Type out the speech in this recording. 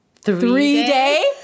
three-day